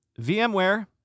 VMware